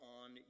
on